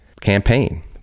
campaign